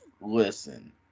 listen